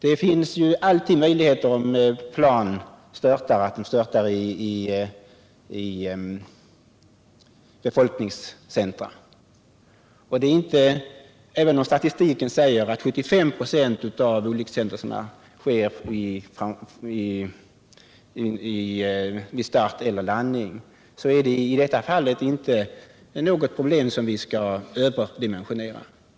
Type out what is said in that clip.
Det finns alltid möjligheter om plan störtar att de störtar i befolkningscentra, och även om statistiken säger att 75 96 av olyckshändelserna sker vid start eller landning är det i detta fall inte något problem som vi skall överdimensionera.